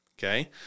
Okay